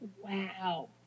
Wow